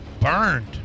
Burned